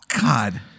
God